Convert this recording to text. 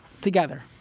Together